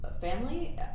family